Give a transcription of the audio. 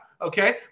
okay